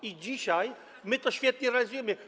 I dzisiaj my to świetnie realizujemy.